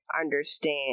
understand